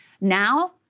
now